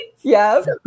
Yes